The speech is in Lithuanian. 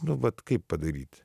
nu vat kaip padaryt